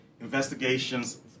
investigations